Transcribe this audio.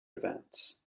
events